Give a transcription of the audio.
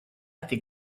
think